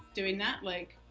doing that. like